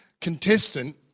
contestant